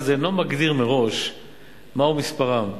אינו מגדיר מראש מהו מספר העובדים,